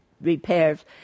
repairs